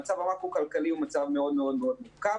המצב המקרו-כלכלי מאוד מאוד מורכב.